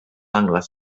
angles